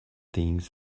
things